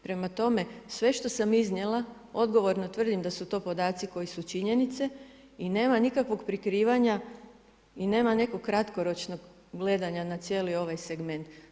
Prema tome, sve što sam iznijela odgovorno tvrdim da su to podaci koji su činjenice i nema nikakvog prikrivanja i nema nekog kratkoročnog gledanja na cijeli ovaj segment.